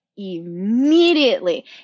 immediately